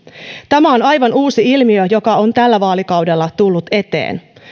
tämä on aivan uusi ilmiö joka on tällä vaalikaudella tullut eteen